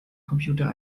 computer